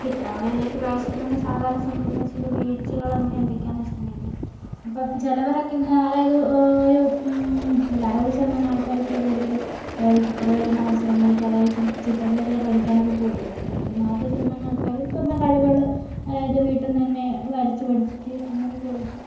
ചിത്രാലയിലേക്ക് പ്രവേശിക്കുന്നത് സാധാരണ സംഭവിക്കുന്ന ചില വീഴ്ചകൾ എന്തൊക്കെയാന്ന് വെച്ചിട്ടുണ്ടെങ്കില് ഇപ്പം ചിലവരൊക്കെ അതായത് ഒര് ഒരറുപത് ശതമാനം ആൾക്കാരൊക്കെ കൂടുതലും ചിത്രരചനാ മത്സരങ്ങൾക്ക് അതായത് ചിൽസ് ചിത്രരചന പഠിക്കാനൊക്കെ പോയിട്ടുണ്ടാകുമല്ലോ അതിലൊരു നാൽപ്പത് ശതമാനം ആൾക്കാരും സ്വന്തം കഴിവുകള് അതായത് വീട്ടിൽ നിന്നുതന്നെ വരച്ച് പഠിച്ചിട്ട് അങ്ങനൊക്കെ ആയിരിക്കും